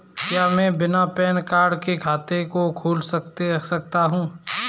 क्या मैं बिना पैन कार्ड के खाते को खोल सकता हूँ?